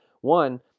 One